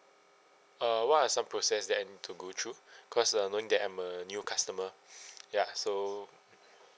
uh what are some process that I need to go through cause uh knowing that I'm a new customer ya so